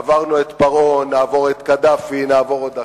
עברנו את פרעה, נעבור את קדאפי, נעבור עוד אחרים.